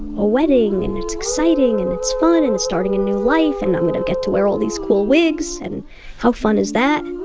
a wedding and it's exciting and it's fun and it's starting a new life and i'm going to get to wear all these cool wigs and how fun is that?